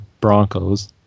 Broncos